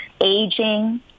Aging